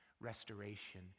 Restoration